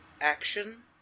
action